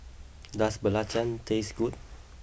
does belacan taste good